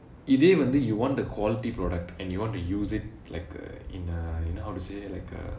இதை வந்து:ithai vanthu you want the quality product and you want to use it like uh in uh in uh how to say like uh